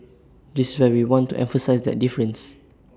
this is where we want to emphasise that difference